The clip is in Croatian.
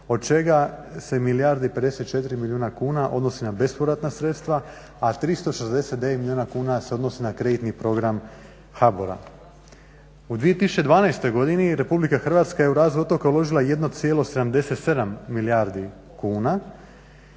milijardu i 54 milijuna kuna odnosi na bespovratna sredstva a 369 milijuna kuna se odnosi na kreditni program HABOR-a. U 2012. godini RH je u razvoj otoka uložila 1,77 milijardi kuna